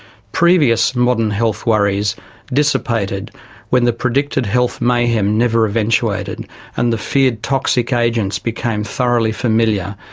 previous modern health worries dissipated when the predicted health mayhem never eventuated and the feared toxic agents became thoroughly familiar,